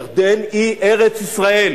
ירדן היא ארץ-ישראל.